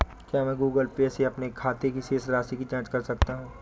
क्या मैं Google Pay से अपने खाते की शेष राशि की जाँच कर सकता हूँ?